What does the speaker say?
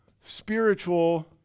spiritual